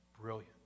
brilliant